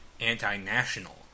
anti-national